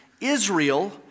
Israel